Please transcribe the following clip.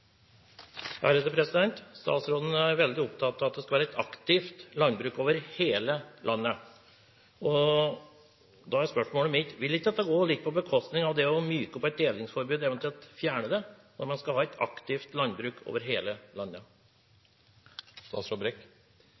veldig opptatt av at man skal ha et aktivt landbruk over hele landet. Da er spørsmålet mitt: Vil ikke dette gå litt på bekostning av det å myke opp et delingsforbud, eventuelt fjerne det?